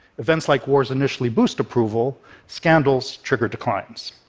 events like wars initially boost approval scandals trigger declines.